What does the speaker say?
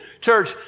Church